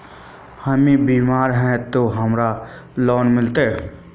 हम बीमार है ते हमरा लोन मिलते?